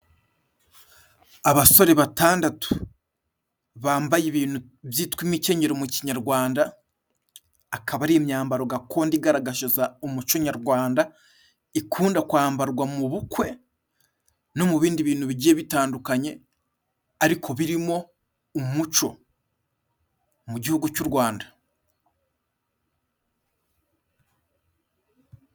Abasore batandatu bambaye ibintu byitwa imikenyero mu kinyarwanda， akaba ari imyambaro gakondo igaragaza umuco nyarwanda，ikunda kwambarwa mu bukwe no mu bindi bintu bigiye bitandukanye ariko birimo umuco mu gihugu cy'u Rwanda.